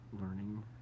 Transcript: learning